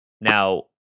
Now